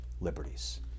liberties